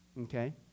Okay